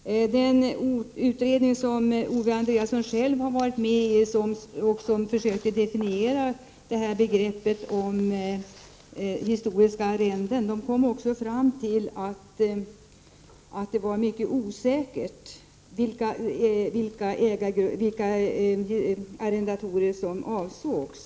Den utredning Owe Andréasson själv har varit med i och som försöker definiera begreppet historiska arrenden kom också fram till att det var mycket osäkert vilka arrendatorer som avsågs.